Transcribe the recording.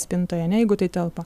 spintoje ane jeigu tai telpa